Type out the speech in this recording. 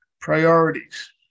priorities